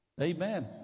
Amen